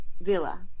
Villa